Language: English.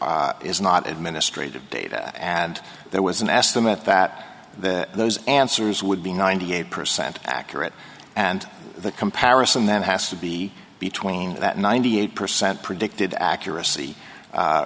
is not administrative data and there was an estimate that those answers would be ninety eight percent accurate and the comparison then has to be between that ninety eight percent predicted accuracy